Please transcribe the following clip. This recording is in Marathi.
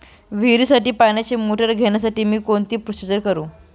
विहिरीसाठी पाण्याची मोटर घेण्यासाठी मी कोणती प्रोसिजर करु?